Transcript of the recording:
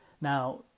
Now